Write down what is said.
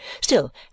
Still